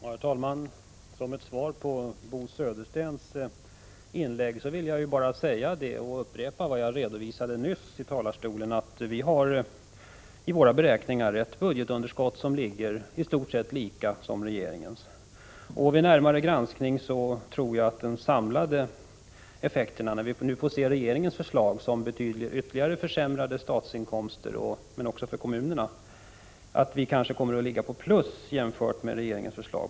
Herr talman! Som ett svar på Bo Söderstens inlägg vill jag upprepa vad jag redovisade nyss från talarstolen. Vi har i våra beräkningar ett budgetunderskott som är ungefär lika stort som regeringens. Jag tror att man vid närmare granskning finner att de samlade effekterna — när vi nu får se regeringens förslag, som betyder ytterligare försämrade inkomster för staten men också för kommunerna — innebär att vi kommer att ligga på plus jämfört med regeringens förslag.